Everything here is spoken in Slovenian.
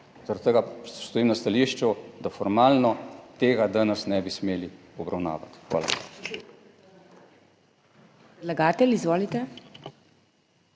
Zaradi tega stojim na stališču, da formalno tega danes ne bi smeli obravnavati. Hvala.